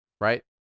right